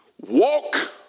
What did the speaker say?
Walk